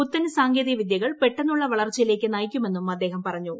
പുത്തൻ സാങ്കേതിക വിദ്യകൾ പെട്ടെന്നുള്ള വളർച്ചയിലേക്ക് നയിക്കുമെന്നും അദ്ദേഹം പറഞ്ഞു